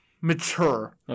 mature